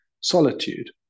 Solitude